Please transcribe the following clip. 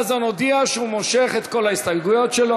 אורן חזן הודיע שהוא מושך את כל ההסתייגויות שלו.